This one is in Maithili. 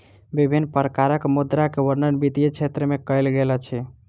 विभिन्न प्रकारक मुद्रा के वर्णन वित्तीय क्षेत्र में कयल गेल अछि